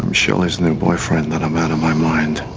um show is new boyfriend that i'm out of my mind